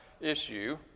issue